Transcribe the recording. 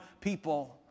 people